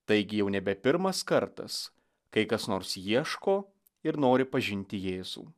taigi jau nebe pirmas kartas kai kas nors ieško ir nori pažinti jėzų